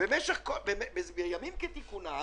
בימים כתיקונם